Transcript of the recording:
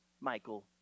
Michael